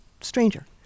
stranger